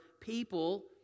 people